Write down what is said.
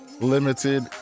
limited